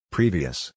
Previous